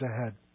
ahead